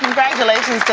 vacillations